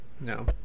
No